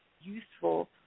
useful